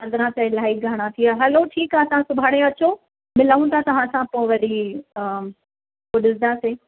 पंद्राहं त इलाही घणा थी विया हलो ठीकु आहे तव्हां सुभाणे अचो मिलूं था तव्हां सां पोइ वरी पो ॾिसंदासीं